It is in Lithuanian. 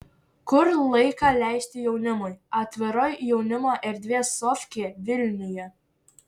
kur laiką leisti jaunimui atvira jaunimo erdvė sofkė vilniuje